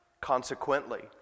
Consequently